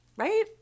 Right